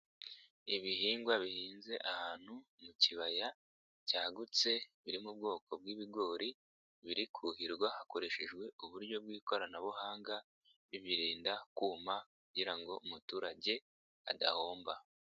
lbihingwa bihinze ahantu mu kibaya cyagutse, biri mu bwoko bw'ibigori, biri kuhirwa hakoreshejwe uburyo bw'ikoranabuhanga, bibirinda kuma kugira ngo umuturage adahomba.